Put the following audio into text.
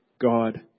God